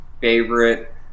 favorite